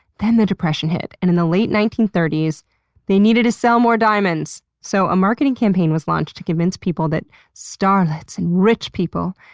then the depression hit, and in the late nineteen thirty s they needed to sell more diamonds, so a marketing campaign was launched to convince people that starlets, and rich people,